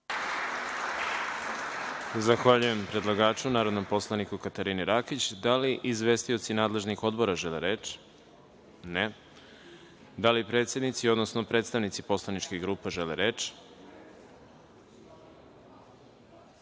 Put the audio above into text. Zahvaljujem predlagaču, narodnom poslaniku Katarini Rakić. Da li izvestioci nadležnih odbora žele reč? (Ne)Da li predsednici, odnosno predstavnici poslaničkih grupa žele reč? Ukoliko